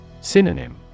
Synonym